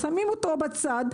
שמים אותו בצד,